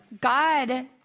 God